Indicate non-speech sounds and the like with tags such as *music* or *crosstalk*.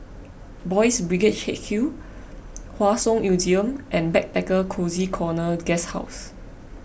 Boys' Brigade H Q *noise* Hua Song Museum and Backpacker Cozy Corner Guesthouse